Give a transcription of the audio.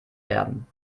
werben